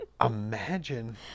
Imagine